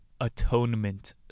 atonement